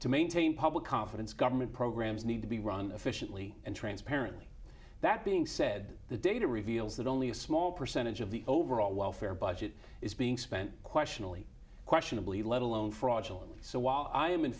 to maintain public confidence government programs need to be run efficiently and transparently that being said the data reveals that only a small percentage of the overall welfare budget is being spent questionably questionably let alone fraudulent so while i am in